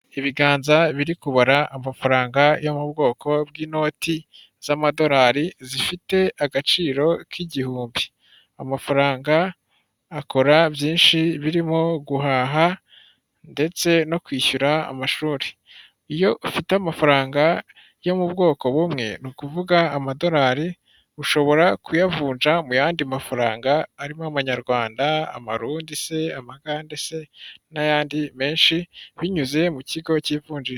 Ibiganza biri kubara amafaranga yo mu bwoko bw'inoti z'amadolari zifite agaciro k'igihumbi. Amafaranga akora byinshi birimo guhaha ndetse no kwishyura amashuri. Iyo ufite amafaranga yo mu bwoko bumwe, ni ukuvuga amadolari ushobora kuyavunja mu yandi mafaranga arimo amanyarwanda, amarundi se, amagade se, n'ayandi menshi binyuze mu kigo cy'ivunji...